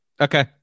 okay